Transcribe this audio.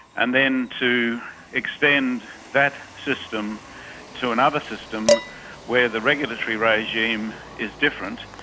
and then to extend that system to another system where the regulatory regime is different,